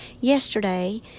yesterday